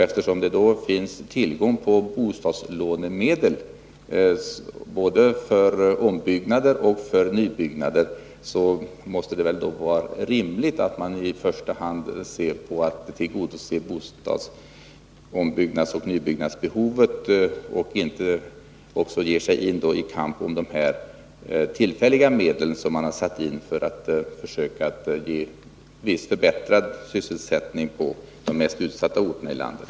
Eftersom det finns tillgång på bostadslånemedel för både ombyggnader och nybyggnader, måste det väl vara rimligt att man i första hand ser till behovet av ombyggnad och nybyggnad och inte gör anspråk på de tillfälliga medel som vi har avsatt för att försöka åstadkomma viss förbättring av sysselsättningen på de mest utsatta orterna i landet.